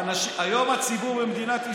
היום הציבור במדינת ישראל,